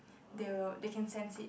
they will they can sense it